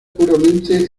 puramente